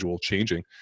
changing